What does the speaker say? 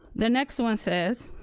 the next one says,